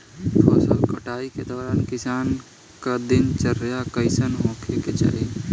फसल कटाई के दौरान किसान क दिनचर्या कईसन होखे के चाही?